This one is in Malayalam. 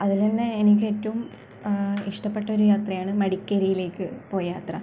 അതില് തന്നെ എനിക്ക് ഏറ്റവും ഇഷ്ടപ്പെട്ട ഒരു യാത്രയാണ് മടിക്കേരിയിലേക്ക് പോയ യാത്ര